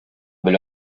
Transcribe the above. бел